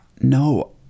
No